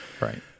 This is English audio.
Right